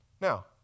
Now